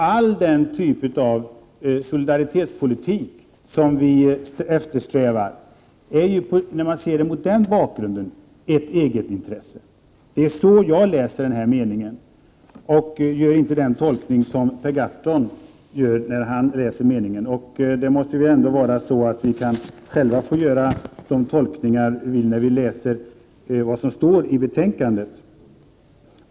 All sådan solidaritetspolitik som vi eftersträvar är ju mot den bakgrunden ett egenintresse. Det är så jag läser denna mening. Jag gör inte den tolkning som Per Gahrton gör när han läser den. Vi måste själva få göra de tolkningar vi vill när vi läser vad som står i betänkandet.